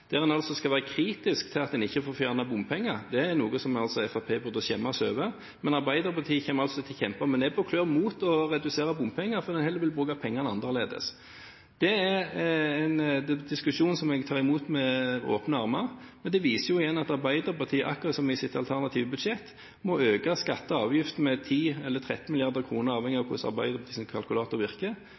der en skal være kritisk til at en ikke får fjernet bompenger – dette er noe som altså Fremskrittspartiet burde skjemmes over, men Arbeiderpartiet kommer altså til å kjempe med nebb og klør mot å redusere bompenger fordi en heller vil bruke pengene annerledes. Det er en diskusjon som jeg tar imot med åpne armer, men det viser jo igjen at Arbeiderpartiet akkurat som i sitt alternative budsjett må øke skatter og avgifter med 10 eller 13 mrd. kr – avhengig av hvordan Arbeiderpartiets kalkulator virker